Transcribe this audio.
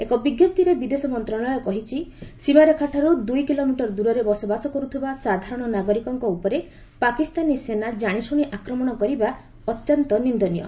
ଏକ ବିଜ୍ଞପ୍ତିରେ ବିଦେଶ ମନ୍ତ୍ରଣାଳୟ କହିଛି ସୀମାରେଖାଠାରୁ ଦୁଇ କିଲୋମିଟର ଦୂରରେ ବସବାସ କରୁଥିବା ସାଧାରଣ ନାଗରିକଙ୍କ ଉପରେ ପାକିସ୍ତାନୀ ସେନା ଜାଣିଶୁଣି ଆକ୍ରମଣ କରିବା ଅତ୍ୟନ୍ତ ନିନ୍ଦନୀୟ